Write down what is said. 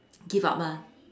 give up ah